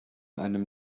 einem